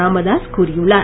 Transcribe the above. ராமதாஸ் கூறியுள்ளார்